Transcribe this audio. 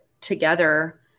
together